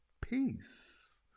peace